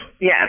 Yes